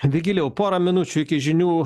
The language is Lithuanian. vigilijau porą minučių iki žinių